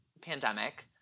Pandemic